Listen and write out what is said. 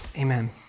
Amen